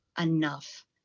enough